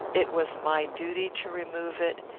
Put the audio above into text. it was my duty to remove it,